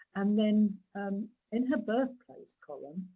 and then um in her birth place column,